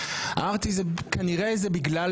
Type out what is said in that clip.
זה נראה לי לא הגיוני.